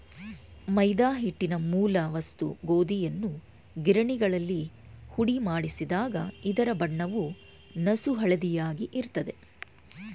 ಮೈದಾ ಹಿಟ್ಟಿನ ಮೂಲ ವಸ್ತು ಗೋಧಿಯನ್ನು ಗಿರಣಿಗಳಲ್ಲಿ ಹುಡಿಮಾಡಿಸಿದಾಗ ಇದರ ಬಣ್ಣವು ನಸುಹಳದಿಯಾಗಿ ಇರ್ತದೆ